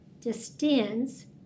distends